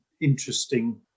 interesting